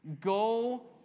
Go